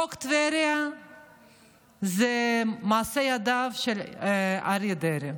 חוק טבריה זה מעשה ידיו של אריה דרעי,